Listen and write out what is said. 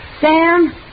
Sam